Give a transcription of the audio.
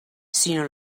sinó